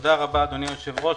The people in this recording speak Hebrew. תודה רבה, אדוני היושב-ראש.